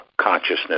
consciousness